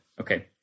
okay